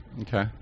Okay